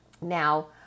Now